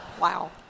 Wow